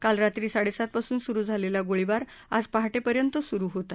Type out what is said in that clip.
काल रात्री साडेसातपासून सुरु झालेला गोळीबार आज पहाटेपर्यंत सुरु होता